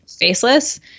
faceless